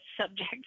subject